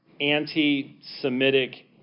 anti-Semitic